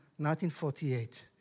1948